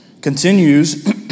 continues